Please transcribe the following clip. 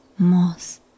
moss